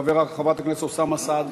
רגע,